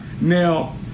Now